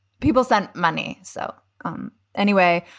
people sent money. so um anyway,